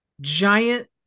giant